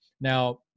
now